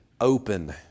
open